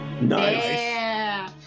Nice